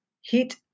heat